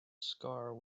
scar